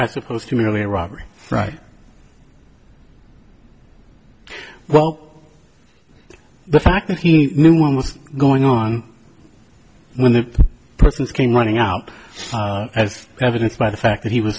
as opposed to merely a robbery right well the fact that he knew what was going on when the person came running out as evidenced by the fact that he was